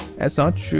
as such,